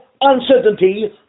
uncertainty